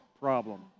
problem